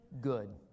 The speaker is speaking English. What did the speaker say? good